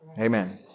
Amen